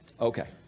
Okay